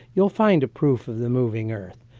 you'll find a proof of the moving earth.